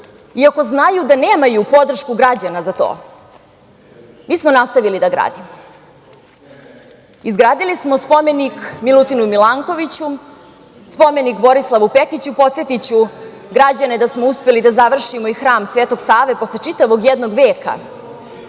iako znaju da nemaju podršku građana za to, mi smo nastavili da gradimo. Izgradili smo spomenik Milutinu Milankoviću, spomenik Borislavu Pekiću i podsetiću građane da smo uspeli da završimo i Hram Svetog Save posle čitavog jednog veka.